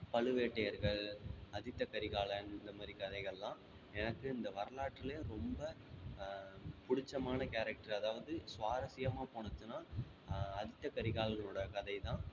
பழுவேட்டையர்கள் அதித்த கரிகாலன் இந்த மாரி கதைகள்லாம் எனக்கு இந்த வரலாற்றில் ரொம்ப பிடிச்சமான கேரக்ட்ரு அதாவது சுவாரசியமான போணுச்சுன்னால் அதித்த கரிகாலனோடய கதை தான்